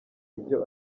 ibyo